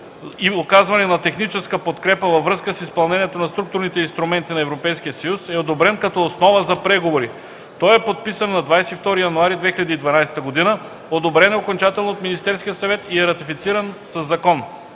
и оказване на техническа подкрепа във връзка с изпълнението на Структурните инструменти на Европейския съюз е одобрен като основа за преговори. Той е подписан на 22 януари 2012 г., одобрен е окончателно от Министерския съвет и е ратифициран със закон.